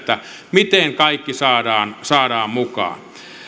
miten kaikki saadaan saadaan mukaan